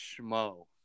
Schmo